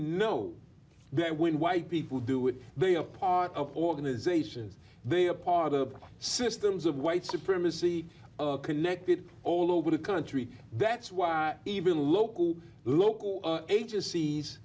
know that when white people do it they are part of organizations they are part of systems of white supremacy connected all over the country that's why even local local agencies